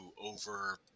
over